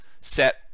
set